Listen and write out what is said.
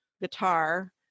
guitar